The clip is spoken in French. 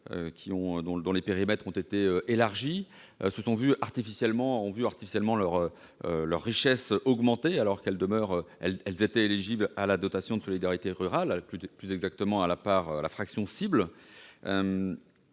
dont les périmètres ont été élargis, ont vu artificiellement leur richesse augmenter, alors qu'elles étaient éligibles à la dotation de solidarité rurale, plus exactement à la fraction cible.